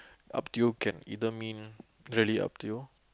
up to you can either mean really up to you